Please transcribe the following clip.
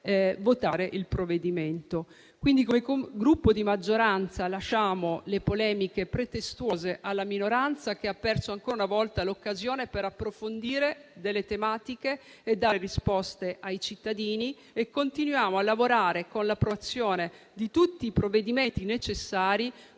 votarlo. Quindi, come Gruppo di maggioranza, lasciamo le polemiche pretestuose alla minoranza, che ha perso ancora una volta l'occasione per approfondire delle tematiche e dare risposte ai cittadini. Continuiamo a lavorare, con l'approvazione di tutti i provvedimenti necessari,